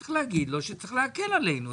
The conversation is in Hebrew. צריך להגיד לו שצריך להקל עלינו,